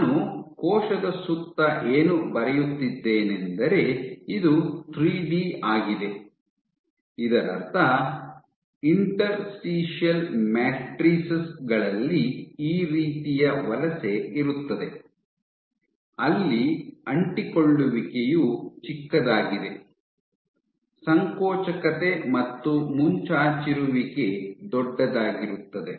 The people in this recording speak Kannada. ನಾನು ಕೋಶದ ಸುತ್ತ ಏನು ಬರೆಯುತ್ತಿದ್ದೇನೆಂದರೆ ಇದು ಥ್ರೀಡಿ ಆಗಿದೆ ಇದರರ್ಥ ಇಂಟರ್ಸ್ಟಿಷಿಯಲ್ ಮ್ಯಾಟ್ರಿಕ್ ಗಳಲ್ಲಿ ಈ ರೀತಿಯ ವಲಸೆ ಇರುತ್ತದೆ ಅಲ್ಲಿ ಅಂಟಿಕೊಳ್ಳುವಿಕೆಯು ಚಿಕ್ಕದಾಗಿದೆ ಸಂಕೋಚಕತೆ ಮತ್ತು ಮುಂಚಾಚಿರುವಿಕೆ ದೊಡ್ಡದಾಗಿರುತ್ತದೆ